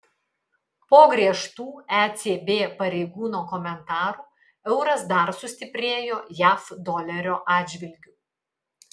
po griežtų ecb pareigūno komentarų euras dar sustiprėjo jav dolerio atžvilgiu